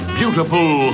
beautiful